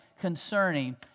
concerning